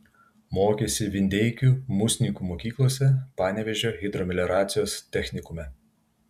mokėsi vindeikių musninkų mokyklose panevėžio hidromelioracijos technikume